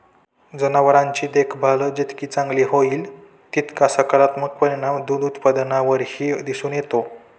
जनावरांची देखभाल जितकी चांगली होईल, तितका सकारात्मक परिणाम दूध उत्पादनावरही दिसून येतो